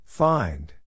find